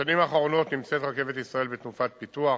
בשנים האחרונות נמצאת רכבת ישראל בתנופת פיתוח,